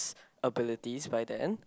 abilities by then